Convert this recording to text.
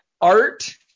art